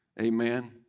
amen